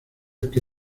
que